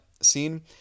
scene